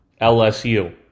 LSU